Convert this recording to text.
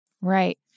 Right